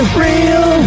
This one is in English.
real